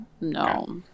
No